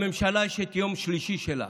לממשלה יש את יום שלישי שלה.